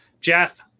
Jeff